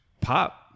pop